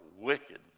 wicked